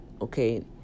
okay